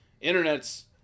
internet's